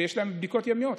שיש להם בדיקות יומיות.